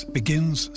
begins